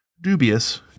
dubious